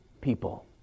people